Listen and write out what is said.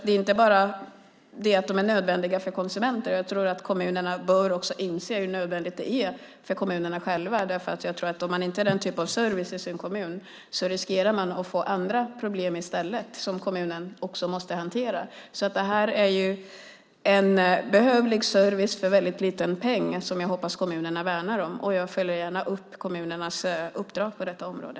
Det är inte bara det att de är nödvändiga för konsumenterna, jag tror att kommunerna också bör inse hur nödvändigt det är för dem själva. Har man inte den typen av service i sin kommun riskerar man att få andra problem i stället som kommunen också måste hantera. Det här är ju en behövlig service för en mycket liten peng som jag hoppas att kommunerna värnar om. Jag följer gärna upp kommunernas uppdrag på detta område.